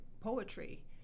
poetry